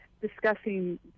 discussing